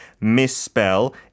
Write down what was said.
misspell